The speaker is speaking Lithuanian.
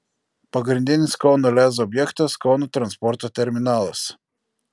pagrindinis kauno lez objektas kauno transporto terminalas